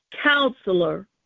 Counselor